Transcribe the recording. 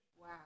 Wow